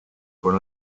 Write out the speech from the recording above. con